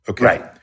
Right